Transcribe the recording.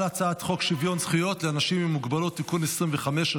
על הצעת חוק שוויון זכויות לאנשים עם מוגבלות (תיקון מס' 25),